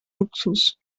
luxus